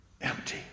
Empty